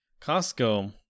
Costco